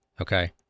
Okay